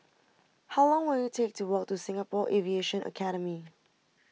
how long will it take to walk to Singapore Aviation Academy